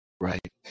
Right